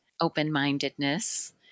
open-mindedness